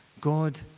God